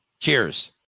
Cheers